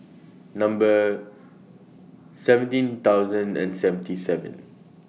Number seventeen thousand and seventy seven